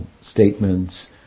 statements